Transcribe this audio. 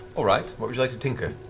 all right. what would you like to tinker?